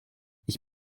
ich